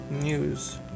news